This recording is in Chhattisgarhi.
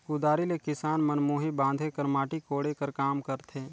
कुदारी ले किसान मन मुही बांधे कर, माटी कोड़े कर काम करथे